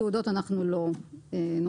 תעודות אנחנו לא נותנים.